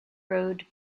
road